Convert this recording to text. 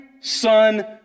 son